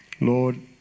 lord